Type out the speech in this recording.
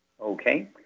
Okay